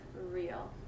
real